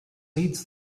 leads